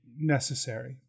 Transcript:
Necessary